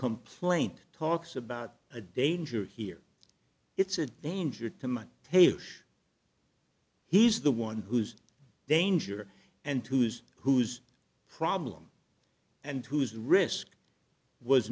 complaint talks about a danger here it's a danger to my tavish he's the one who's danger and who's whose problem and whose risk was